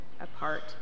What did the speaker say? apart